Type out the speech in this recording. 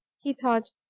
he thought,